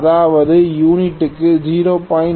அதாவது யூனிட்டுக்கு 0